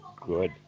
Good